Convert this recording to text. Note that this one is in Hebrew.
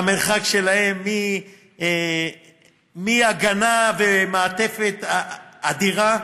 והמרחק שלהם מהגנה ומעטפת אדירה,